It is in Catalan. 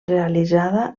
realitzada